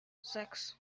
sechs